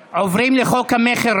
נספחות.] עוברים לחוק המכר,